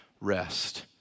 rest